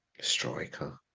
Striker